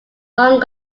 long